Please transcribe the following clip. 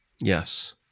Yes